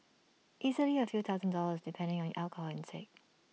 easily A few thousand dollars depending on your alcohol intake